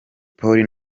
polly